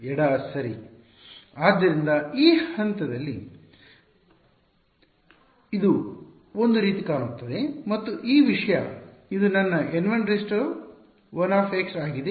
ಎಡ ಸರಿ ಆದ್ದರಿಂದ ಈ ಹಂತದಲ್ಲಿ ಇದು ಒಂದು ರೀತಿ ಕಾಣುತ್ತದೆ ಮತ್ತು ಈ ವಿಷಯ ಇದು ನನ್ನ N 11 ಆಗಿದೆ